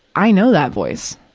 i know that voice.